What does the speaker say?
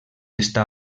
està